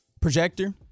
projector